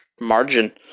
margin